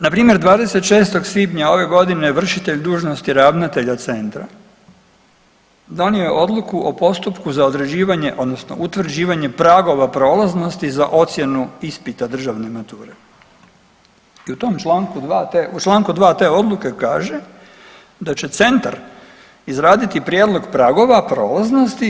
Npr. 26. svibnja ove godine vršitelj dužnosti ravnatelja centra donio je odluku o postupku za određivanje odnosno utvrđivanje pragova prolaznosti za ocjenu ispita državne mature i u tom čl. 2. te odluke kaže da će centar izraditi prijedlog pragova prolaznosti.